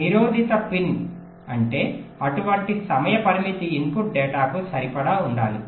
నిరోధిత pin అంటే అటువంటి సమయ పరిమితి ఇన్పుట్ డేటా కు సరిపడా ఉండాలి